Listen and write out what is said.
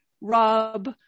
rub